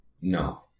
No